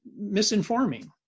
misinforming